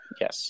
Yes